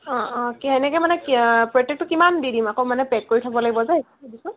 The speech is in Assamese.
সেনেকৈ মানে কেনেকৈ প্ৰত্যেকটো কিমান দি দিম আকৌ পেক কৰি থ'ব লাগিব যে সেইটো কাৰণে সুধিছোঁ